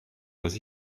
dass